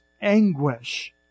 anguish